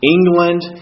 England